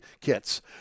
kits